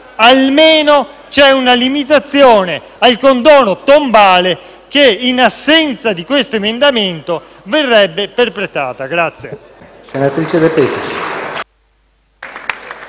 almeno una limitazione al condono tombale che, in assenza di questo emendamento, verrebbe perpetrato.